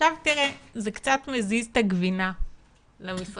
זה קצת מזיז את הגבינה למשרדים,